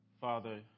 Father